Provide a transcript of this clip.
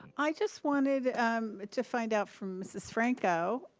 i just wanted to find out from mrs. franco